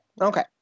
Okay